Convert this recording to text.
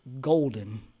golden